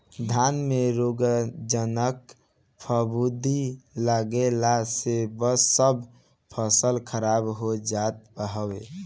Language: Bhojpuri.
धान में रोगजनक फफूंद लागला से सब फसल खराब हो जात हवे